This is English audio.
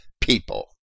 people